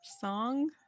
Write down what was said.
song